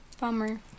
Bummer